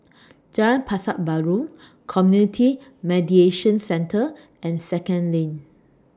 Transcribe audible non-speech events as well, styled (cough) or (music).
(noise) Jalan Pasar Baru Community Mediation Centre and Second LINK